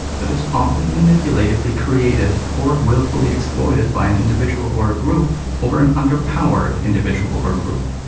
that is often manipulatively created or willfully exploited by an individual or a group over an underpowered individual or group.